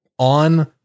on